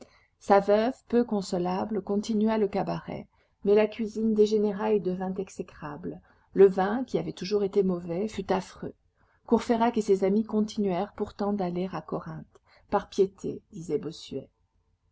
sa veuve peu consolable continua le cabaret mais la cuisine dégénéra et devint exécrable le vin qui avait toujours été mauvais fut affreux courfeyrac et ses amis continuèrent pourtant d'aller à corinthe par piété disait bossuet